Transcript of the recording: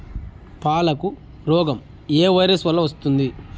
పాలకు రోగం ఏ వైరస్ వల్ల వస్తుంది?